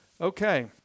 Okay